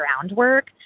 groundwork